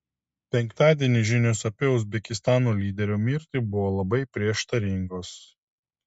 penktadienį žinios apie uzbekistano lyderio mirtį buvo labai prieštaringos